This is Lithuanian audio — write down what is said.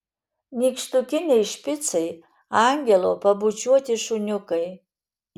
nykštukiniai špicai angelo pabučiuoti šuniukai